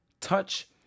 touch